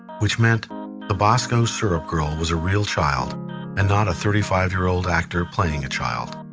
which meant the bosco syrup girl was a real child and not a thirty five year old actor playing a child.